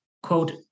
Quote